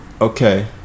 okay